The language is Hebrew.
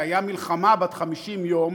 כשהייתה מלחמה בת 50 יום.